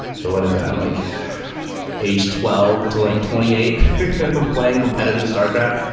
so what is that? like age twelve to like twenty eight of playing competitive starcraft?